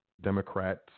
Democrats